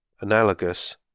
analogous